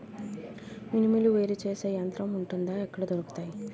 మినుములు వేరు చేసే యంత్రం వుంటుందా? ఎక్కడ దొరుకుతాయి?